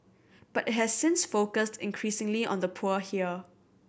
but it has since focused increasingly on the poor here